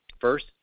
First